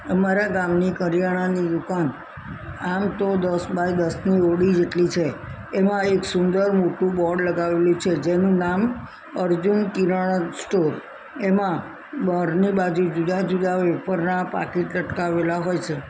અમાર ગામની કરિયાણાની દુકાન આમ તો દસ બાય દસની ઓરડી જેટલી છે એમાં એક સુંદર મોટું બોર્ડ લગાવેલું છે જેનું નામ અર્જુન કિરાણા સ્ટોર એમાં બહારની બાજુ જુદા જુદા વેફરના પાકીટ લટકાવેલા હોય છે